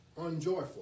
unjoyful